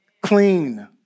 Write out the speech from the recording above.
clean